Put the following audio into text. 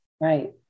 Right